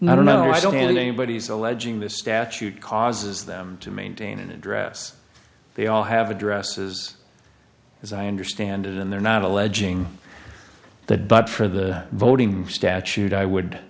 no no i don't need anybody's alleging this statute causes them to maintain an address they all have addresses as i understand it and they're not alleging that but for the voting statute i would